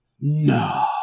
No